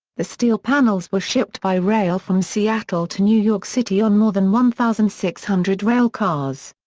the steel panels were shipped by rail from seattle to new york city on more than one thousand six hundred railcars.